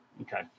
Okay